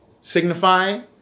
Signifying